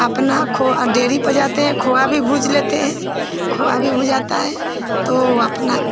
अपना खो डेयरी पर जाते हैं खोआ भी भूँज लेते हैं खोआ भी भुँजाता है तो अपना